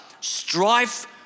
strife